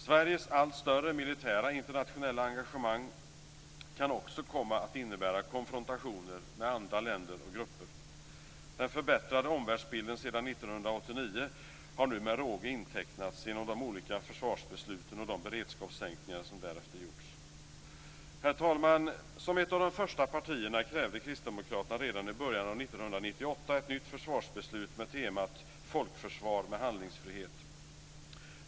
Sveriges allt större militära internationella engagemang kan också komma att innebära konfrontationer med andra länder och grupper. Den förbättrade omvärldsbilden sedan 1989 har nu med råge intecknats genom de olika försvarsbesluten och de beredskapssänkningar som därefter gjorts. Herr talman! Som ett av de första partierna krävde Kristdemokraterna redan i början av 1998 ett nytt försvarsbeslut med temat folkförsvar med handlingsfrihet.